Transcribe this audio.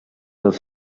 dels